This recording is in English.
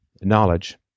knowledge